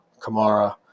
Kamara